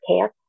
care